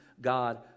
God